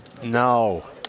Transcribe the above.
No